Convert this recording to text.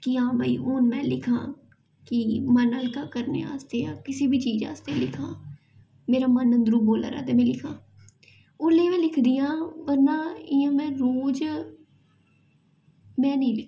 कि हां भाई हून में लिखां कि मन हल्का करने आस्तै जां किसी बी चीज आस्तै लिखां मेरा मन अंदरों बोल्ला दे ते में लिखां ओल्लै में लिखदी आं बरना इ'यां में रोज में नेईं लिखदी